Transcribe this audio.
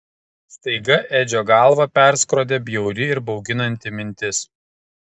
staiga edžio galvą perskrodė bjauri ir bauginanti mintis